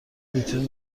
ویترین